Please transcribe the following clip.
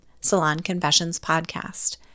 salonconfessionspodcast